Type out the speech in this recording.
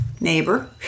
neighbor